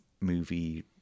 movie